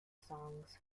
songs